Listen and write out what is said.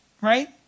Right